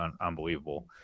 unbelievable